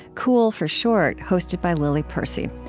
cool for short, hosted by lily percy.